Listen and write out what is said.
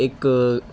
ایک